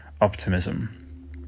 optimism